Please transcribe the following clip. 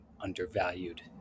undervalued